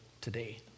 today